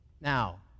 Now